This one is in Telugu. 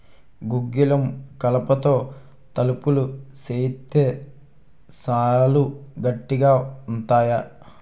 గుగ్గిలం కలపతో తలుపులు సేయిత్తే సాలా గట్టిగా ఉంతాయి